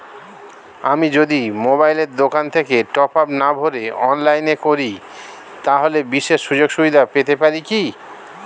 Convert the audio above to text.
আমি যদি মোবাইলের দোকান থেকে টপআপ না ভরে অনলাইনে করি তাহলে বিশেষ সুযোগসুবিধা পেতে পারি কি?